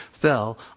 fell